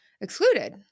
excluded